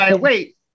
wait